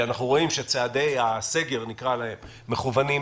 שאנחנו רואים שצעדי הסגר מכוונים אליו,